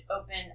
open